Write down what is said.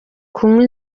kunywa